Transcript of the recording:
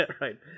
right